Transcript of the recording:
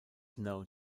known